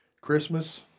Christmas